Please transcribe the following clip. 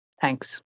Thanks